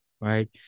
right